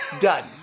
done